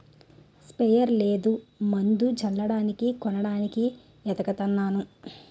sprayer లేదు మందు జల్లడానికి కొనడానికి ఏతకతన్నాను